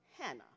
Hannah